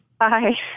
Hi